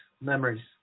memories